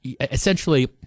essentially—